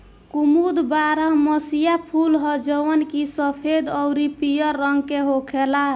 कुमुद बारहमसीया फूल ह जवन की सफेद अउरी पियर रंग के होखेला